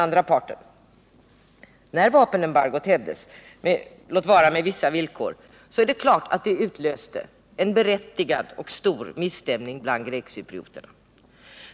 När vapenembargot hävdes — låt vara med vissa villkor — utlöste det självfallet en berättigad och stor misstämning bland grekcyprioterna.